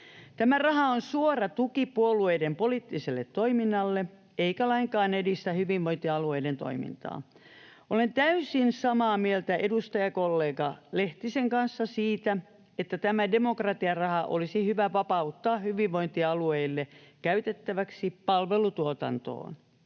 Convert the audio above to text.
Tämä raha on suora tuki puolueiden poliittiselle toiminnalle, eikä lainkaan edistä hyvinvointialueiden toimintaa. Olen täysin samaa mieltä edustajakollega Lehtisen kanssa siitä, että tämä demokratiaraha olisi hyvä vapauttaa hyvinvointialueille käytettäväksi palvelutuotantoon.